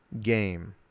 game